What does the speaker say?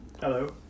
Hello